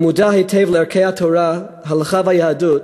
המודע היטב לערכי התורה, ההלכה והיהדות,